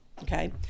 okay